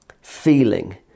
feeling